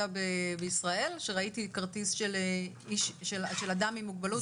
בישראל שראיתי כרטיס של אדם עם מוגבלות?